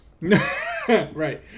Right